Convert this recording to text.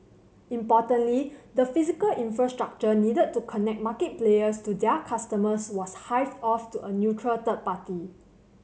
importantly the physical infrastructure needed to connect market players to their customers was hived off to a neutral third party